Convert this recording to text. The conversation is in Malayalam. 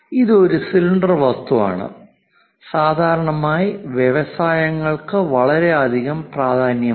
ഇത് ഒരു സിലിണ്ടർ വസ്തുവാണ് സാധാരണയായി വ്യാസങ്ങൾക്ക് വളരെയധികം പ്രാധാന്യമുണ്ട്